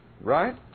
Right